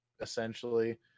essentially